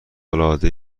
العاده